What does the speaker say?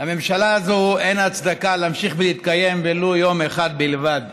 לממשלה הזו אין הצדקה להמשיך ולהתקיים ולו יום אחד בלבד.